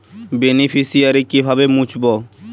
Beneficiary কিভাবে মুছব?